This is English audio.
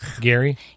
Gary